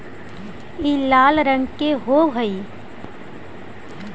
ई लाल रंग के होब हई